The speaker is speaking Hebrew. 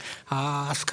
להשכיר,